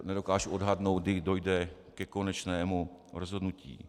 Nedokážu odhadnout, kdy dojde ke konečnému rozhodnutí.